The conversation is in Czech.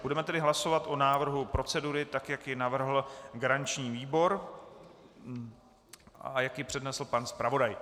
Budeme tedy hlasovat o návrhu procedury tak, jak ji navrhl garanční výbor a jak ji přednesl pan zpravodaj.